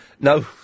No